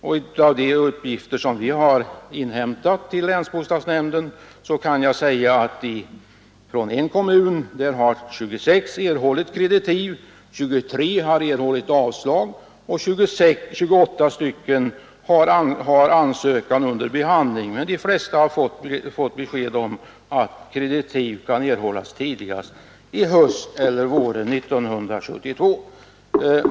Enligt de uppgifter som vi inhämtat till länsbostadsnämnden har i en kommun 26 fått kreditiv, 23 har fått avslag och 28 ansökningar är under behandling. De flesta har fått besked om att kreditiv kan erhållas tidigast i höst eller under våren 1974.